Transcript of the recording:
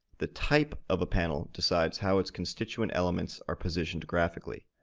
the type of a panel decides how its constituent elements are positioned graphically.